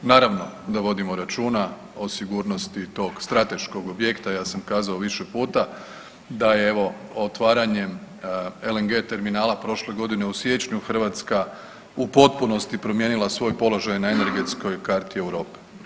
Naravno da vodimo računa o sigurnosti tog strateškog objekta, ja sam kazao više puta da je evo otvaranjem LNG terminala prošle godine u siječnju Hrvatska je u potpunosti promijenila svoj položaj na energetskoj karti Europe.